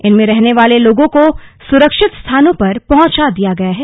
इनमें रहने वाले लोगों को सुरक्षित स्थानों पर पहंचा दिया गया है